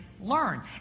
learn